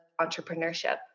entrepreneurship